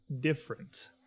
different